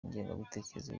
ingengabitekerezo